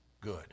good